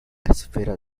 esfera